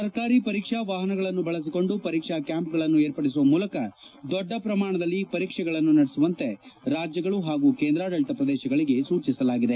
ಸಂಚಾರಿ ಪರೀಕ್ಷಾ ವಾಹನಗಳನ್ನು ಬಳಸಿಕೊಂಡು ಪರೀಕ್ಷಾ ಕ್ಯಾಂಪ್ ಗಳನ್ನು ಏರ್ಪಡಿಸುವ ಮೂಲಕ ದೊಡ್ಡ ಪ್ರಮಾಣದಲ್ಲಿ ಪರೀಕ್ಷೆಗಳನ್ನು ನಡೆಸುವಂತೆ ರಾಜ್ನಗಳು ಹಾಗೂ ಕೇಂದ್ರಾಡಳಿತ ಪ್ರದೇಶಗಳಿಗೆ ಸೂಚಿಸಲಾಗಿದೆ